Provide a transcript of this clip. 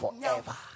forever